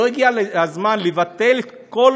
לא הגיע הזמן לבטל את כל